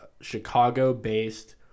chicago-based